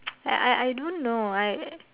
I I I don't know I